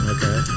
Okay